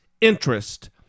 interest